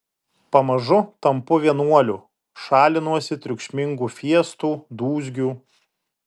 pamažu tampu vienuoliu šalinuosi triukšmingų fiestų dūzgių